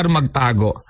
Magtago